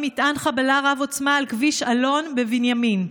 מטען חבלה רב-עוצמה על כביש אלון בבנימין.